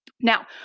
Now